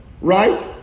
right